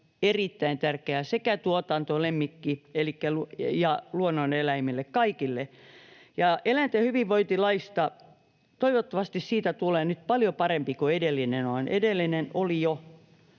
erittäin tärkeää sekä tuotanto-, lemmikki- että luonnoneläimille, kaikille. Ja eläinten hyvinvointilaista toivottavasti tulee nyt paljon parempi kuin edellinen. Edellinen on jo